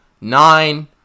nine